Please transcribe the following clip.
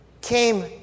came